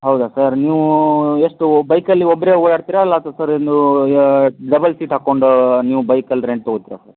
ಹೌದಾ ಸರ್ ನೀವು ಎಷ್ಟು ಬೈಕಲ್ಲಿ ಒಬ್ಬರೇ ಓಡಾಡ್ತೀರ ಇಲ್ಲ ಸರ್ ನೀವು ಡಬಲ್ ಸೀಟ್ ಹಾಕ್ಕೊಂಡು ನೀವು ಬೈಕಲ್ಲಿ ರೆಂಟ್ ತೊಗೊಳ್ತೀರ ಸರ್